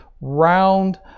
round